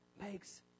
makes